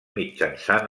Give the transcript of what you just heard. mitjançant